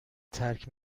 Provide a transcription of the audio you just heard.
ترک